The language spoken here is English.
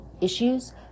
issues